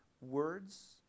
words